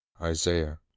Isaiah